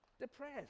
depressed